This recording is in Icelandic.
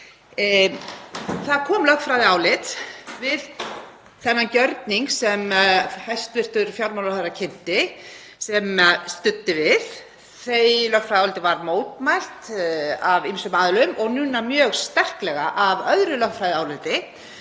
Það kom lögfræðiálit við þennan gjörning sem hæstv. fjármálaráðherra kynnti sem studdi við það. Því lögfræðiáliti var mótmælt af ýmsum aðilum og núna mjög sterklega í öðru lögfræðiáliti